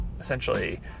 essentially